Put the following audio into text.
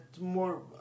more